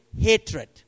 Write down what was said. hatred